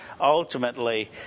ultimately